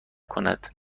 کند